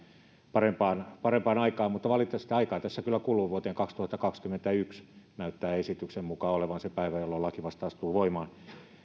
parempaan parempaan aikaan mutta valitettavasti aikaa tässä kyllä kuluu vuonna kaksituhattakaksikymmentäyksi näyttää esityksen mukaan olevan se päivä jolloin laki vasta astuu voimaan